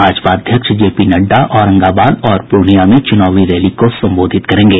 भाजपा अध्यक्ष जेपी नड्डा औरंगाबाद और प्रर्णियां में चुनावी रैली को संबोधित करेंगे